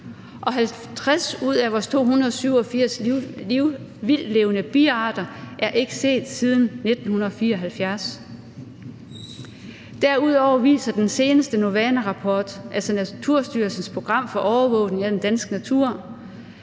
og 50 ud af vores 287 vildtlevende biarter er ikke set siden 1974. Derudover viser den seneste NOVANA-rapport, altså Naturstyrelsens program for overvågning af den danske natur,